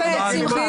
באמת, שמחה.